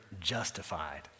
justified